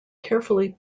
carefully